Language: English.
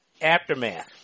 Aftermath